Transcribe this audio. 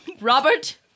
Robert